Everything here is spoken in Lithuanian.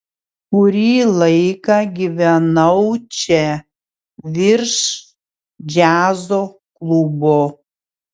kurį laiką gyvenau čia virš džiazo klubo